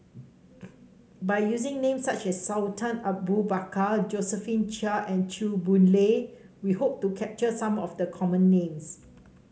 by using names such as Sultan Abu Bakar Josephine Chia and Chew Boon Lay we hope to capture some of the common names